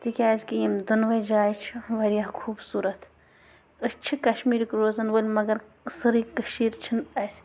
تِکیٛازِ کہِ یِم دۄنوَے جایہِ چھِ واریاہ زیادٕ خوٗبصوٗرَت أسۍ چھِ کَشِیٖرٕکۍ روزان وٲلۍ مَگر سٲرٕے کٔشیٖر چھِنہٕ اسہِ